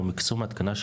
או מקסום ההתקנה,